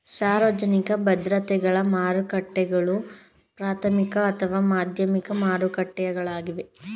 ಸಾರ್ವಜನಿಕ ಭದ್ರತೆಗಳ ಮಾರುಕಟ್ಟೆಗಳು ಪ್ರಾಥಮಿಕ ಅಥವಾ ಮಾಧ್ಯಮಿಕ ಮಾರುಕಟ್ಟೆಗಳಾಗಿವೆ ಎನ್ನಬಹುದು